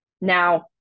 Now